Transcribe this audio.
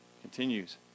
Continues